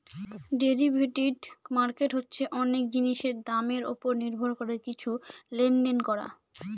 derivative market হচ্ছে অনেক জিনিসের দামের ওপর নির্ভর করে কিছু লেনদেন করা